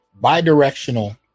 bi-directional